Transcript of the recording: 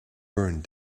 burned